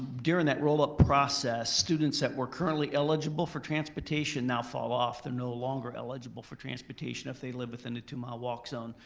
during that roll up process, students that were currently eligible for transportation now fall off. they're no longer eligible for transportation if they live within a two mile walk zone.